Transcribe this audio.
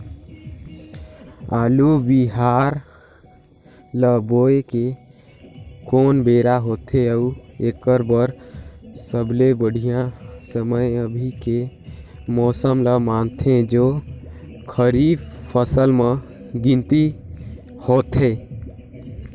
आलू बिहान ल बोये के कोन बेरा होथे अउ एकर बर सबले बढ़िया समय अभी के मौसम ल मानथें जो खरीफ फसल म गिनती होथै?